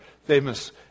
famous